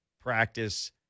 practice